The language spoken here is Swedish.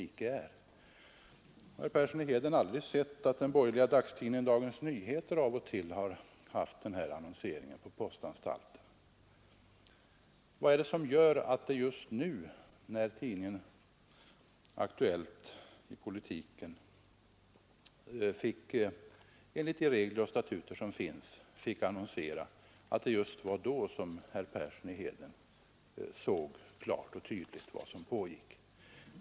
Har herr Persson aldrig sett att den borgerliga dagstidningen Dagens Nyheter av och till har annonserat på postanstalten? Vad är det som gör att herr Persson just nu, när tidningen Aktuellt i politiken har annonserat i enlighet med de regler och statuter som gäller, så klart och tydligt har upptäckt vad som pågår?